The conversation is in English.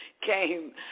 came